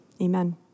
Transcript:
amen